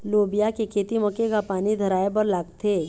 लोबिया के खेती म केघा पानी धराएबर लागथे?